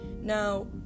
Now